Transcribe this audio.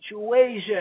situation